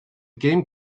game